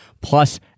plus